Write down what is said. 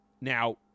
Now